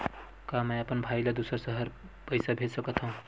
का मैं अपन भाई ल दुसर शहर पईसा भेज सकथव?